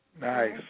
Nice